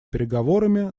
переговорами